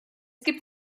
gibt